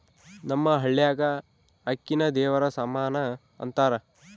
ನಮ್ಮ ಹಳ್ಯಾಗ ಅಕ್ಕಿನ ದೇವರ ಸಮಾನ ಅಂತಾರ